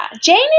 Jane